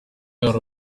hari